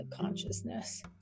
consciousness